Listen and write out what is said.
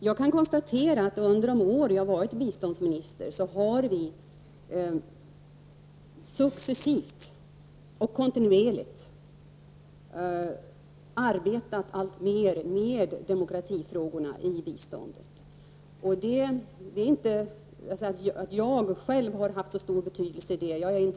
Jag kan konstatera att vi under de år som jag har varit biståndsminister successivt och kontinuerligt har arbetat alltmer med demokratifrågorna i biståndet. Det är inte jag själv som har haft så stor betydelse i det arbetet.